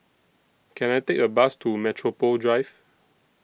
Can I Take A Bus to Metropole Drive